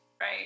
Right